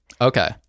Okay